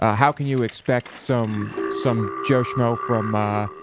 ah how can you expect some some joe shmoe from ah.